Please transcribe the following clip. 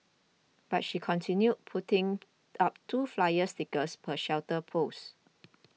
but she continued putting up two flyer stickers per shelter post